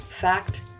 fact